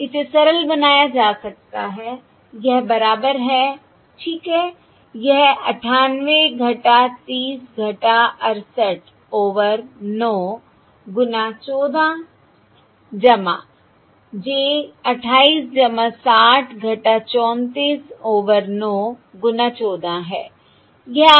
इसे सरल बनाया जा सकता है यह बराबर है ठीक है यह 98 30 - 68 ओवर 9 गुना 14 j 28 60 - 34 ओवर 9 गुना 14 है